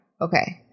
Okay